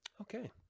Okay